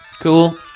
Cool